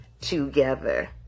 Together